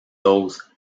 those